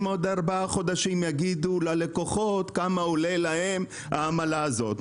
אם יגידו עוד ארבעה חודשים ללקוחות כמה עולה להם העמלה הזאת.